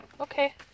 Okay